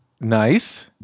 nice